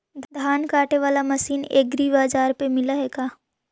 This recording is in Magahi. धान काटे बाला मशीन एग्रीबाजार पर मिल है का?